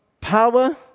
power